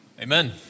Amen